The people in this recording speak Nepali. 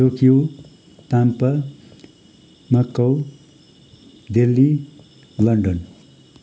टोकियो तामपल मकाउ दिल्ली लन्डन